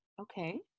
Okay